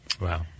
Wow